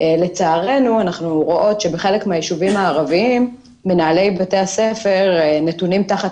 לצערנו אנחנו רואים שבחלק מהישובים הערבים מנהלי בתי הספר נתונים תחת